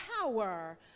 power